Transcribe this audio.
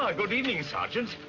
ah good evening, sergeant.